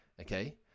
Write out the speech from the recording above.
okay